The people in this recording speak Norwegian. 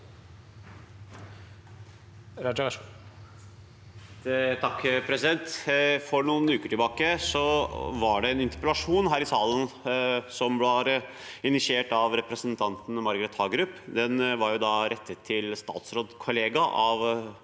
Abid Raja (V) For noen uker tilbake var det en interpellasjon her i salen som var initiert av representanten Margret Hagerup. Den var rettet til en statsrådskollega av